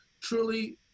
truly